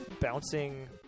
bouncing